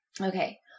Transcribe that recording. Okay